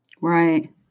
Right